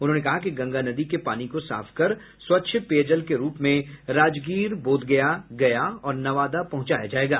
उन्होंने कहा कि गंगा नदी के पानी को साफ कर स्वच्छ पेयजल के रूप में राजगीर बोधगया गया और नवादा पहुंचाया जायेगा